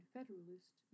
Federalist